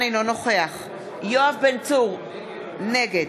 אינו נוכח יואב בן צור, נגד